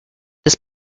this